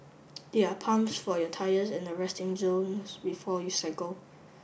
there are pumps for your tyres at the resting zones before you cycle